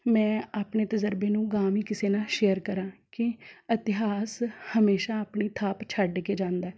ਮੈਂ ਆਪਣੇ ਤਜਰਬੇ ਨੂੰ ਅਗਾਂਹਾ ਵੀ ਕਿਸੇ ਨਾਲ਼ ਸ਼ੇਅਰ ਕਰਾਂ ਕਿ ਇਤਿਹਾਸ ਹਮੇਸ਼ਾ ਆਪਣੀ ਥਾਪ ਛੱਡ ਕੇ ਜਾਂਦਾ ਹੈ